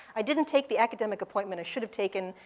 i didn't take the academic appointment i should have taken.